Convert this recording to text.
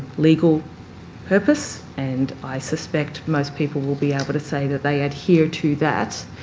legal purpose and i suspect most people will be able to say that they adhere to that.